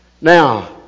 Now